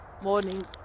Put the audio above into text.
Morning